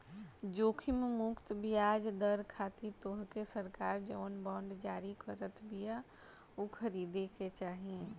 जोखिम मुक्त बियाज दर खातिर तोहके सरकार जवन बांड जारी करत बिया उ खरीदे के चाही